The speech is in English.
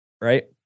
Right